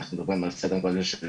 אנחנו מדברים על סדר גודל של 60,